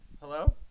Hello